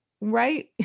right